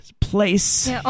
place